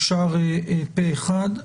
אושר פה אחד.